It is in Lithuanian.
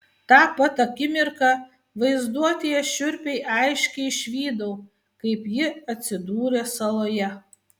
tą pat akimirką vaizduotėje šiurpiai aiškiai išvydau kaip ji atsidūrė saloje